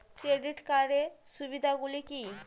Credit কার্ডের সুবিধা গুলো কি?